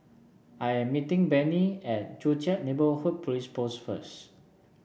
I am meeting Benny at Joo Chiat Neighbourhood Police Post first